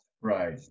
Right